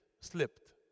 slipped